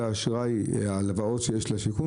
הם יודעים שאם הם לא ייקנו את הדירה הזאת היום,